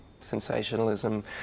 sensationalism